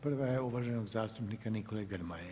Prva je uvaženog zastupnika Nikole Gromoje.